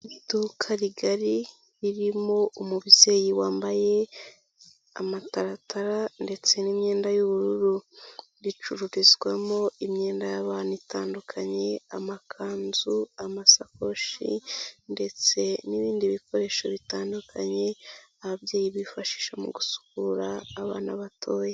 Iduka rigari ririmo umubyeyi wambaye amataratara ndetse n'imyenda y'ubururu ricururizwamo imyenda y'abantu itandukanye amakanzu, amasakoshi ndetse n'ibindi bikoresho bitandukanye ababyeyi bifashisha mu gusukura abana batoya.